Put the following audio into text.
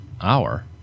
Hour